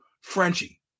Frenchie